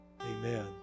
Amen